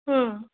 হুম